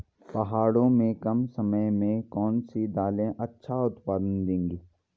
पहाड़ों में कम समय में कौन सी दालें अच्छा उत्पादन देंगी?